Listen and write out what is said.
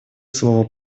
слово